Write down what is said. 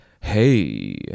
Hey